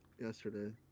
yesterday